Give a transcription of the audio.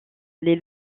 les